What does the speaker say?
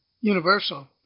universal